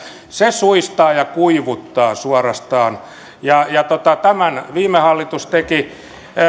se suistaa ja kuivuttaa suorastaan ja ja tämän viime hallitus teki